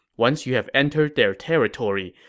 once you have entered their territory,